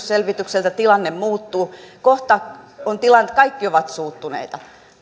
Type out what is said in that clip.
selvitykseltä tilanne muuttuu kohta on tilanne että kaikki ovat suuttuneita